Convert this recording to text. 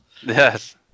Yes